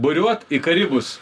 buriuot į karibus